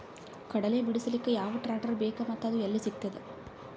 ಕಡಲಿ ಬಿಡಿಸಲಕ ಯಾವ ಟ್ರಾಕ್ಟರ್ ಬೇಕ ಮತ್ತ ಅದು ಯಲ್ಲಿ ಸಿಗತದ?